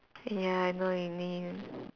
ya I know what you mean